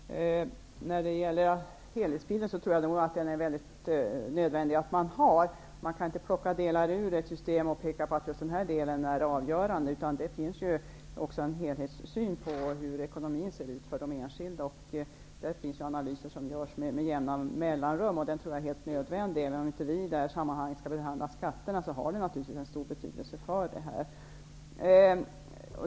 Herr talman! När det gäller helhetsbilden måste jag säga att det nog är nödvändigt att ha en sådan. Det går inte att plocka ut delar ur ett system och peka på att just en viss del är avgörande. Det finns ju en helhetssyn också beträffande frågan om hur ekonomin för de enskilda ser ut. Analyser görs med jämna mellanrum, vilket jag tror är helt nödvändigt. Även om vi i detta sammanhang inte skall behandla skatterna måste jag framhålla att det här har stor betydelse i sammanhanget.